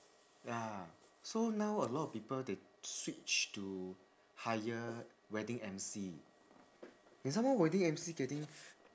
ya so now a lot of people they switch to hire wedding emcee and some more wedding emcee getting